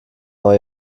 neu